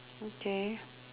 okay